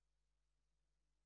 יום רביעי,